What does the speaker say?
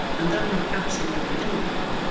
and though not absolutely ill-looking,